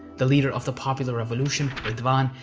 the leader of the popular revolution, ridwan,